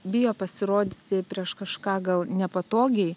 bijo pasirodyti prieš kažką gal nepatogiai